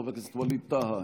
חבר הכנסת ווליד טאהא,